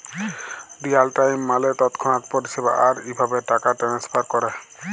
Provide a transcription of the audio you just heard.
Real time মালে তৎক্ষণাৎ পরিষেবা, আর ইভাবে টাকা টেনেসফার ক্যরে